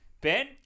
Ben